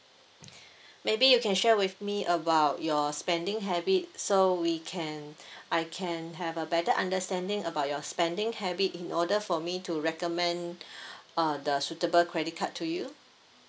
maybe you can share with me about your spending habit so we can I can have a better understanding about your spending habit in order for me to recommend uh the suitable credit card to you